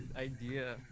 idea